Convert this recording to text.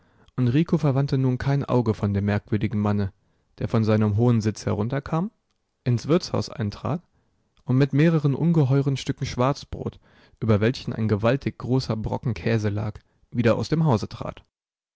und rico verwandte nun kein auge von dem merkwürdigen manne der von seinem hohen sitz herunterkam ins wirtshaus eintrat und mit mehreren ungeheuren stücken schwarzbrot über welchen ein gewaltig großer brocken käse lag wieder aus dem hause trat